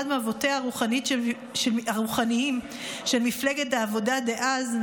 אחד מאבותיה הרוחניים של מפלגת העבודה דאז,